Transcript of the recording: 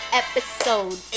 episode